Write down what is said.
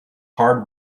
hard